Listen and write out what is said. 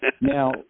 Now